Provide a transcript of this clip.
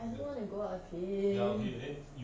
I don't wanna go out with him